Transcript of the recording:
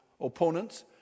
opponents